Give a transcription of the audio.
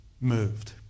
moved